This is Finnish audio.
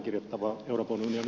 arvoisa puhemies